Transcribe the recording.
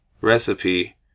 recipe